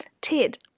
Ted